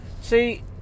See